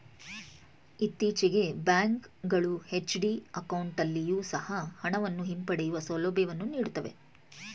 ಇತ್ತೀಚೆಗೆ ಬ್ಯಾಂಕ್ ಗಳು ಎಫ್.ಡಿ ಅಕೌಂಟಲ್ಲಿಯೊ ಸಹ ಹಣವನ್ನು ಹಿಂಪಡೆಯುವ ಸೌಲಭ್ಯವನ್ನು ನೀಡುತ್ತವೆ